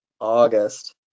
August